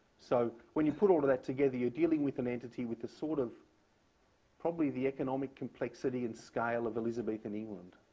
so when you put all of that together, you're dealing with an entity with sort of probably the economic complexity and scale of elizabethan england.